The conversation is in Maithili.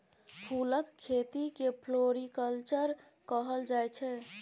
फुलक खेती केँ फ्लोरीकल्चर कहल जाइ छै